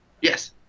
yes